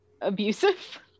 abusive